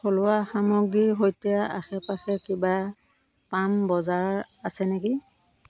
থলুৱা সামগ্ৰীৰ সৈতে আশে পাশে কিবা পাম বজাৰ আছে নেকি